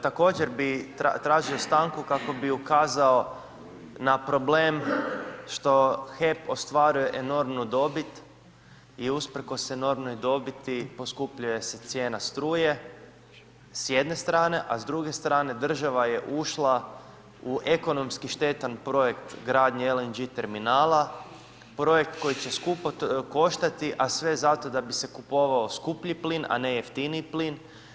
Također bih tražio stanku kako bih ukazao na problem što HEP ostvaruje enormnu dobit i usprkos enormnoj dobiti poskupljuje se cijena struje s jedne strane a s druge strane država je ušla u ekonomski štetan projekt gradnje LNG terminala, projekt koji će skupo koštati a sve zato da bi se kupovao skuplji plin a ne jeftiniji plin.